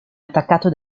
attaccato